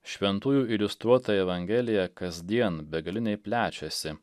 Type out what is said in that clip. šventųjų iliustruota evangelija kasdien begaliniai plečiasi